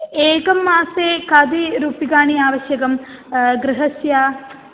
एकं मासे कति रूप्यकाणि आवश्यकं गृहस्य